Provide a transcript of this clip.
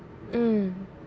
mm